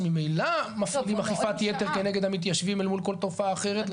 שממילא מפעילים אכיפת יתר כנגד המתיישבים אל מול כל תופעה אחרת,